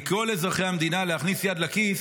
מכל אזרחי המדינה, להכניס יד לכיס